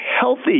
healthy